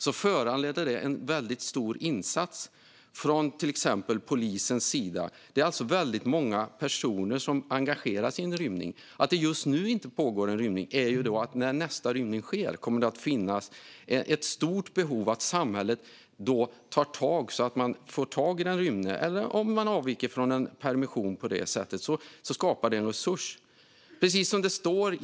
Det föranleder en väldigt stor insats från till exempel polisen. Det är alltså väldigt många personer som engageras vid en rymning. Just nu pågår det inte någon rymning. Men när nästa rymning sker kommer det att finnas ett stort behov av att samhället tar tag i det och får tag i den som har rymt. Det gäller också om någon avviker från en permission. Det tar resurser i anspråk.